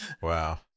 Wow